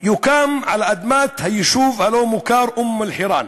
יוקם על אדמת היישוב הלא-מוכר אום-אלחיראן,